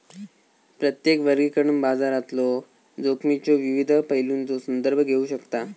प्रत्येक वर्गीकरण बाजारातलो जोखमीच्यो विविध पैलूंचो संदर्भ घेऊ शकता